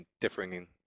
differing